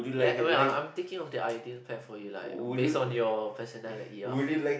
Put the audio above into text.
let I me~ I'm I'm thinking of the ideal pet for you like based on your personality I think